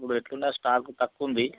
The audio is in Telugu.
ఇప్పుడు ఎట్లున్నా స్టాక్ తక్కువుంది